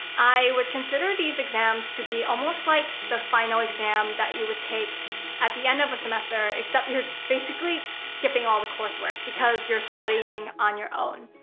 i would consider these exams to be almost like the final exam that you would take at the end of a semester except you're basically skipping all the coursework because you're studying on your own.